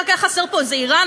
רק היה חסר פה איזה איראן,